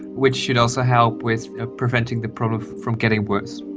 which should also help with preventing the problem from getting worse.